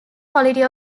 quality